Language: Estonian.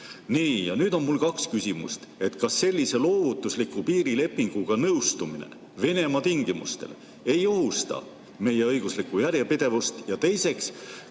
Nii. Ja nüüd on mul kaks küsimust. Kas sellise loovutusliku piirilepinguga nõustumine Venemaa tingimustel ei ohusta meie õiguslikku järjepidevust? Ja teiseks,